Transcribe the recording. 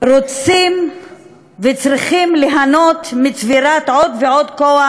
רוצים וצריכים ליהנות מצבירת עוד ועוד כוח